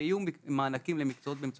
האם זה נכון שמבחן תמיכה זה אם אתה עמדת